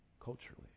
Culturally